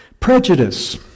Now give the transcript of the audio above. Prejudice